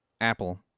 Apple